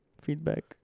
feedback